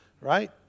right